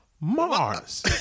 Mars